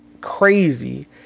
crazy